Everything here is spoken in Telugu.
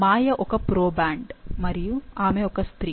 మాయ ఒక ప్రోబ్యాండ్ మరియు ఆమె ఒక స్త్రీ